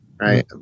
Right